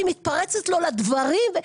היא מתפרצת לו לדברים.